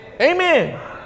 amen